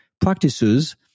practices